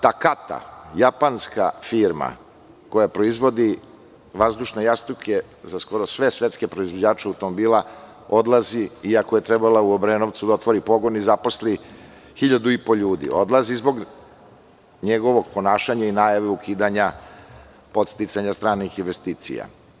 Takata“, japanska firma koja proizvodi vazdušne jastuke za skoro sve svetske proizvođače automobila odlazi, iako je trebalo u Obrenovcu da otvori pogon i zaposli 1.500 ljudi, odlazi zbog njegovog ponašanja i najave ukidanja podsticanja stranih investicija.